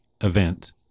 event